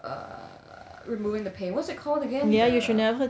err removing the pain what's it called again err